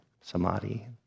samadhi